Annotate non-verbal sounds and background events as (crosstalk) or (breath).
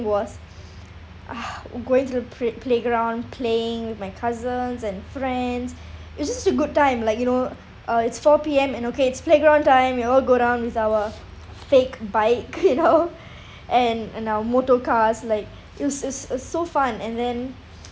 was (breath) going to the play~ playground playing with my cousins and friends (breath) it's just a good time like you know uh it's four P_M and okay it's playground time we all go down with our fake bike you know (laughs) (breath) and and our motor cars like it was it's it's so fun and then (breath)